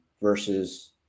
versus